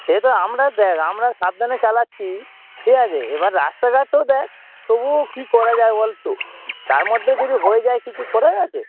সে তো আমরা দেখ আমরা সাবধানে চালাচ্ছি ঠিক আছে এবার রাস্তাঘাটও দেখ তবুও কী করা যায় বলতো তার মধ্যে যদি হয়ে যায় কিছু করার আছে